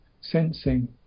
sensing